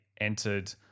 entered